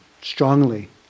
strongly